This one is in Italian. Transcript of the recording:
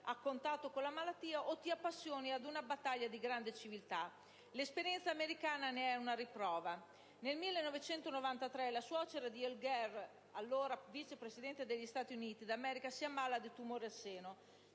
a contatto con la malattia o si manifesta perché ti appassioni ad una battaglia di grande civiltà. L'esperienza americana ne è una riprova. Nel 1993 la suocera di Al Gore, allora Vice Presidente degli Stati Uniti d'America, si ammalò di tumore al seno.